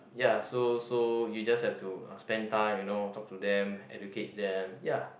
ya so so you just have to spend time you know talk to them educate them ya